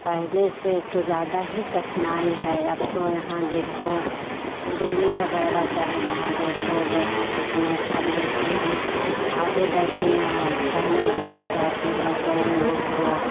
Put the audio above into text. पहले से तो ज़्यादा ही कठनाई है अब तो यहाँ देखो दिल्ली वग़ैरह चाहे जहाँ देखो लड़की किडनेप कर लेते हैं आगे लड़कियाँ पढ़ने लिखने जाती हैं तो उन लोग को